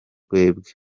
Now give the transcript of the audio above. twebwe